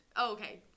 Okay